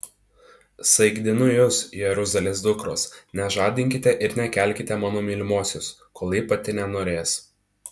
saikdinu jus jeruzalės dukros nežadinkite ir nekelkite mano mylimosios kol ji pati nenorės